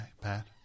pat